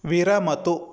विरमतु